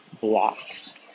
blocks